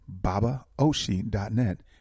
babaoshi.net